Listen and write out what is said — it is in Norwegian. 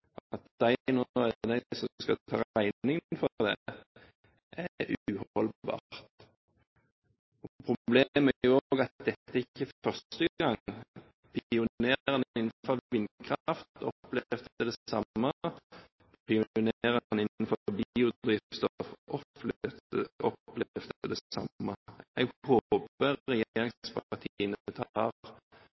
er de som skal ta regningen for det, er uholdbart. Problemet er jo òg at dette er ikke første gang. Pionerene innenfor vindkraft opplevde det samme, og pionerene innenfor biodrivstoff opplevde det samme. Jeg